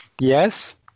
Yes